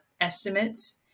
estimates